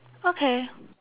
okay